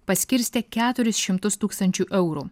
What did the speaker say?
paskirstė keturis šimtus tūkstančių eurų